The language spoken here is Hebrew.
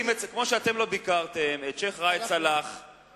אתה ביקרת אותו?